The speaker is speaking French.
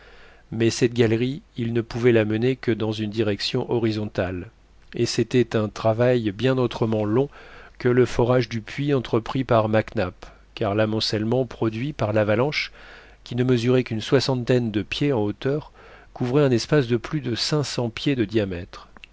mais cette galerie ils ne pouvaient la mener que dans une direction horizontale et c'était un travail bien autrement long que le forage du puits entrepris par mac nap car l'amoncellement produit par l'avalanche qui ne mesurait qu'une soixantaine de pieds en hauteur couvrait un espace de plus de cinq cents pieds de diamètre